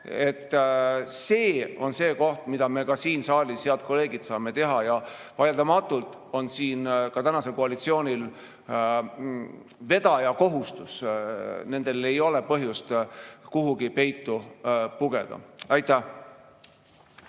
ka. See on see, mida me siin saalis, head kolleegid, saame teha. Vaieldamatult on siin ka tänasel koalitsioonil vedaja kohustus. Nendel ei ole põhjust kuhugi peitu pugeda. Aitäh!